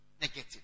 negative